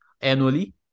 annually